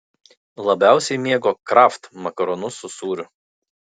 labiausiai mėgo kraft makaronus su sūriu